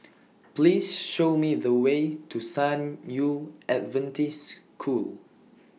Please Show Me The Way to San Yu Adventist School